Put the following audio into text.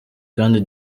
kandi